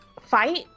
fight